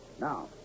Now